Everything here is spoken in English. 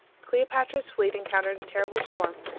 cleopatra's fleet encountered a terrible storm,